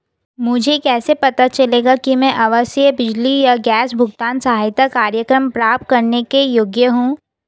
मुझे कैसे पता चलेगा कि मैं आवासीय बिजली या गैस भुगतान सहायता कार्यक्रम प्राप्त करने के योग्य हूँ?